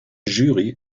jury